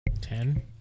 Ten